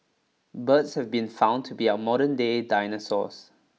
birds have been found to be our modernday dinosaurs